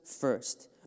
first